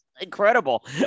incredible